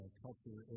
culture